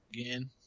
again